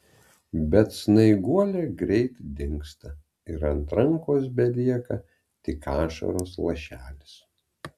bet snaiguolė greit dingsta ir ant rankos belieka tik ašaros lašelis